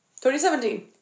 2017